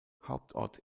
hauptort